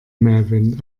melvin